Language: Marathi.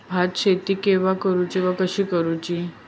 भात शेती केवा करूची आणि कशी करुची?